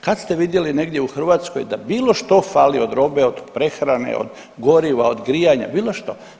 Kad ste vidjeli negdje u Hrvatskoj da bilo što fali od robe, od prehrane, od goriva, od grijanja, bilo što.